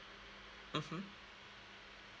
mmhmm